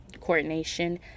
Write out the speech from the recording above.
coordination